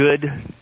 good